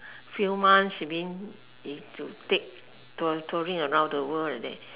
few months you mean it will take tour touring around the world like that